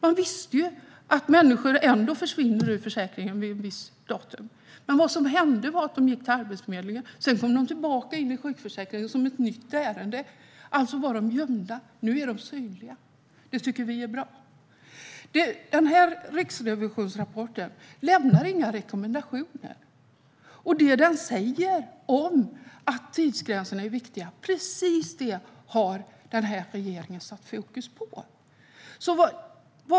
Man visste att människor ändå försvann ur försäkringen vid ett visst datum. Vad som hände var att de gick till Arbetsförmedlingen. Sedan kom de tillbaka in i sjukförsäkringen som ett nytt ärende. De var alltså gömda. Nu är de synliga. Det tycker vi är bra. I denna riksrevisionsrapport lämnas inga rekommendationer. Och precis det som sägs i den, om att tidsgränserna är viktiga, har denna regering satt fokus på.